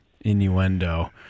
innuendo